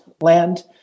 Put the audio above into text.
land